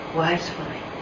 wisely